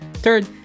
Third